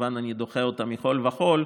שכמובן אני דוחה אותה מכול וכול,